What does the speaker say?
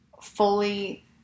fully –